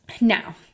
Now